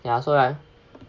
ya also right